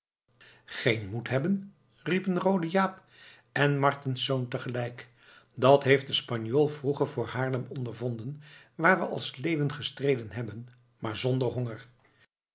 geen moed hebben riepen roode jaap en martensz tegelijk dat heeft de spanjool vroeger voor haarlem ondervonden waar we als leeuwen gestreden hebben maar zonder honger